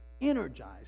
energized